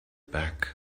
back